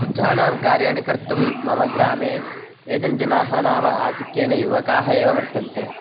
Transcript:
वृद्धानां कार्याणि कर्तुं मम ग्रामे एजेण्ट्जनाः नाम आधिक्येन युवकाः एव वर्तन्ते